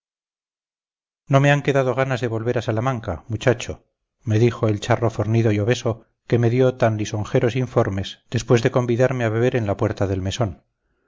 no me han quedado ganas de volver a salamanca muchacho me dijo el charro fornido y obeso que me dio tan lisonjeros informes después de convidarme a beber en la puerta del mesón